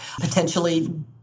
potentially